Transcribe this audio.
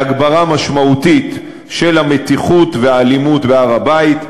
להגברה משמעותית של המתיחות והאלימות בהר-הבית.